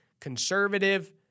conservative